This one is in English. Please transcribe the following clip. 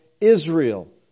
Israel